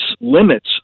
limits